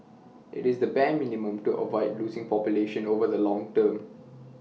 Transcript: IT is the bare minimum to avoid losing population over the long term